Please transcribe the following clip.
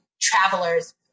travelers